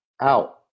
out